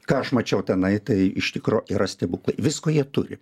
ką aš mačiau tenai tai iš tikro yra stebuklai visko jie turi